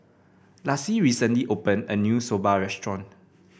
Laci recently opened a new Soba restaurant